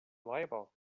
liable